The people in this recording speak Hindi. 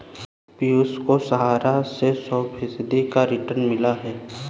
पियूष को सहारा से सौ फीसद का रिटर्न मिला है